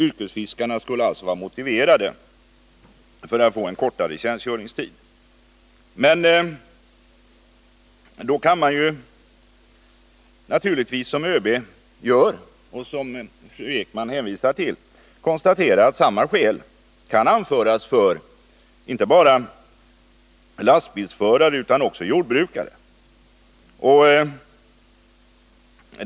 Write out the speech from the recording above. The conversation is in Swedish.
Det skulle alltså vara motiverat att ge yrkesfiskarna kortare tjänstgöringstid. Men då kan man naturligtvis— som ÖB gjort, vilket fru Ekman hänvisar till — konstatera att samma skäl kan anföras för inte bara lastbilsförare utan också jordbrukare.